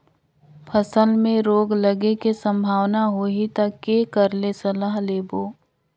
फसल मे रोग लगे के संभावना होही ता के कर ले सलाह लेबो?